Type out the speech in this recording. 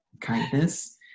kindness